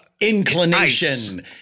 inclination